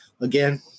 again